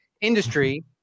industry